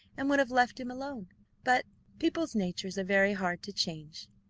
and would have left him alone but people's natures are very hard to change,